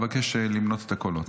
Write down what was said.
אבקש למנות את הקולות.